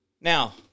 Now